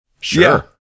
Sure